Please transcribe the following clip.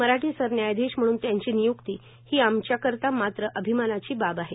मराठी सरन्यायाधीश म्हणून त्यांची नियुक्ती ही आमच्या करीता मात्र अभिमानाची बाब आहे